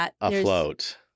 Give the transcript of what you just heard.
afloat